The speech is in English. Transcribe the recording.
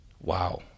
Wow